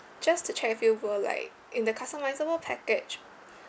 just to check with you will like in the customisable package